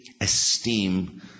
esteem